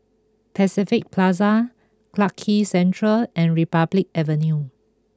Pacific Plaza Clarke Quay Central and Republic Avenue